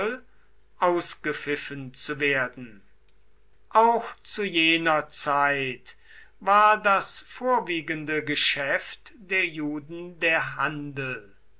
ausgepfiffen zu werden auch zu jener zeit war das vorwiegende geschäft der juden der handel